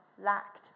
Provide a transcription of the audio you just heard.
lacked